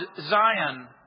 Zion